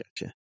gotcha